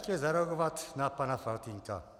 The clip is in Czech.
Chtěl bych zareagovat na pana Faltýnka.